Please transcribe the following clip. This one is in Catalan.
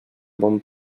bon